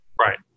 Right